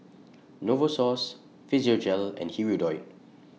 Novosource Physiogel and Hirudoid